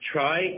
Try